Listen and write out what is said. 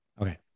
Okay